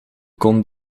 kon